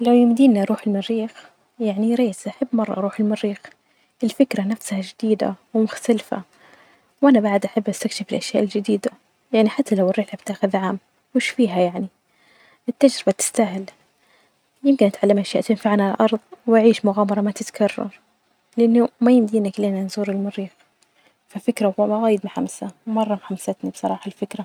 لو يمكني أروح المريخ يعني ياريت أحب مرة أروح المريخ، الفكرة نفسها جديدة ومختلفة، وأنا بعد أحب أستكشف الأشياء الجديدة، يعني حتي لو الرحلة بتاخذ عام وش فيها يعني، التجربة تستاهل يمكن أتعلم أشياء تنفعها علي الأرض وأعيش مغامرة ما تتكرر، لأنه ما يدينا كلنا نزور المريخ ففكرة وايض محمسة مرة حمستني الصراحة الفكرة.